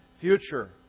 future